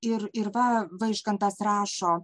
ir ir va vaižgantas rašo